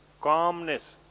calmness